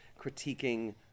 critiquing